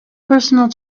personal